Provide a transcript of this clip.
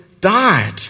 died